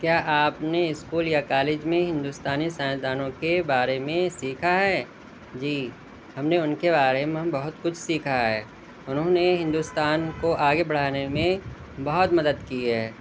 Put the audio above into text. کیا آپ نے اسکول یا کالج میں ہندوستانی سائنسدانوں کے بارے میں سیکھا ہے جی ہم نے ان کے بارے میں بہت کچھ سیکھا ہے انہوں نے ہندوستان کو آگے بڑھانے میں بہت مدد کی ہے